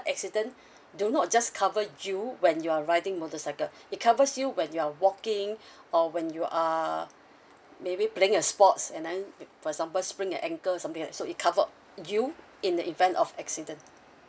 accident do not just cover you when you're riding motorcycle it covers you when you're walking or when you are maybe playing a sports and then for example sprained your ankle or something like so it covered you in the event of accident